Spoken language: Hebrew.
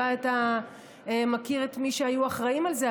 אולי אתה מכיר את מי שהיו אחראים לזה,